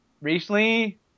recently